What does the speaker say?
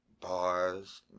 bars